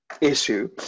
issue